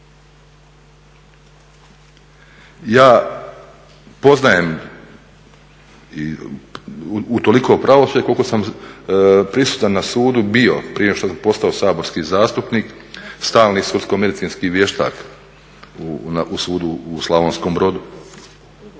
Ja poznajem u toliko pravosuđe koliko sam prisutan na sudu bio prije nego što sam postao saborski zastupnik, stalni sudsko medicinski vještak u sudu u Slavonskom Brodu.